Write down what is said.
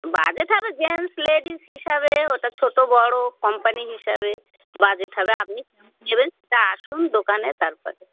budget হবে gents ladies হিসাবে ওটা ছোটো বড়ো কোম্পানি হিসাবে বাজেট হবে আপনি নেবেন সেটা আসুন দোকানে তারপরে